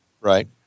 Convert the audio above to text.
Right